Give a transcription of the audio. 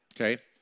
okay